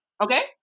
Okay